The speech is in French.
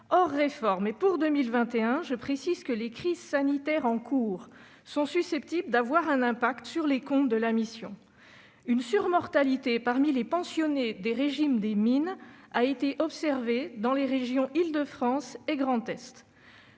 Hors réforme et pour 2021, je précise que les crises sanitaires en cours sont susceptibles d'avoir des effets sur les comptes de la mission. Une surmortalité parmi les pensionnés des régimes des mines a été observée dans les régions Île-de-France et Grand Est.